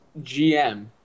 GM